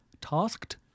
tasked